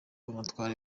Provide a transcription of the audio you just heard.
banatwara